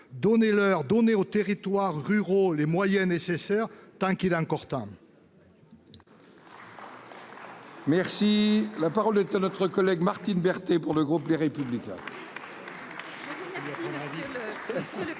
donner leur donner aux territoires ruraux, les moyens nécessaires, tant qu'il est encore temps.